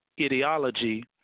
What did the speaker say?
ideology